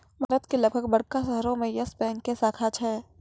भारत के लगभग बड़का शहरो मे यस बैंक के शाखा छै